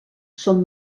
són